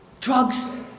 drugs